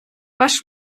ваш